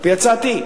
על-פי הצעתי,